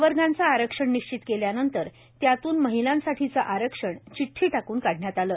प्रवर्गाचा आरक्षण निश्चित केल्यानंतर त्यातून महिलांसाठीचं आरक्षण चिठ्ठी टाकून काढण्यात आलं